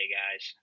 guys